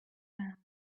man